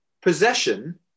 Possession